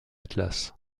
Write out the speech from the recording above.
atlas